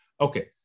Okay